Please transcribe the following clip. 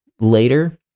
later